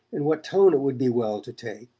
and what tone it would be well to take.